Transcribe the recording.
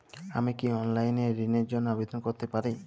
আমি কি অনলাইন এ ঋণ র জন্য আবেদন করতে পারি?